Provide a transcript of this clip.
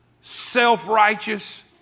self-righteous